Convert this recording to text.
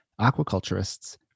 aquaculturists